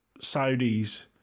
Saudis